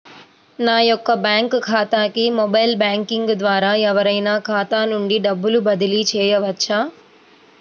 నా యొక్క బ్యాంక్ ఖాతాకి మొబైల్ బ్యాంకింగ్ ద్వారా ఎవరైనా ఖాతా నుండి డబ్బు బదిలీ చేయవచ్చా?